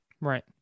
Right